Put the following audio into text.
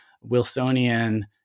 Wilsonian